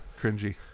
cringy